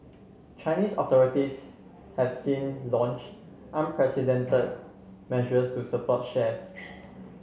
Chinese authorities have since launch unprecedented measures to support shares